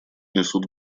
несут